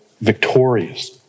victorious